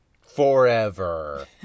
Forever